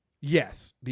yes